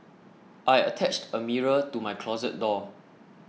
I attached a mirror to my closet door